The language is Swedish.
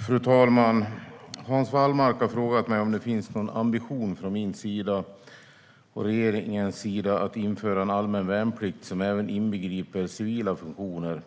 Fru talman! Hans Wallmark har frågat mig om det finns någon ambition från min och regeringens sida att införa en allmän värnplikt som även inbegriper civila funktioner